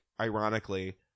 ironically